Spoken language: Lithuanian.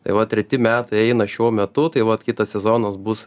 tai va treti metai eina šiuo metu tai vat kitas sezonas bus